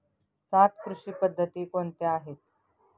सात कृषी पद्धती कोणत्या आहेत?